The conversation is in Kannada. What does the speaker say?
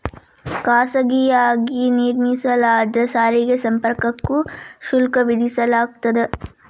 ಖಾಸಗಿಯಾಗಿ ನಿರ್ಮಿಸಲಾದ ಸಾರಿಗೆ ಸಂಪರ್ಕಕ್ಕೂ ಶುಲ್ಕ ವಿಧಿಸಲಾಗ್ತದ